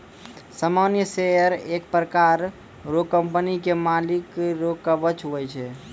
सामान्य शेयर एक प्रकार रो कंपनी के मालिक रो कवच हुवै छै